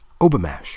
Obamash